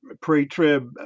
pre-trib